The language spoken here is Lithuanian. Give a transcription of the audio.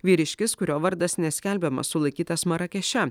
vyriškis kurio vardas neskelbiamas sulaikytas marakeše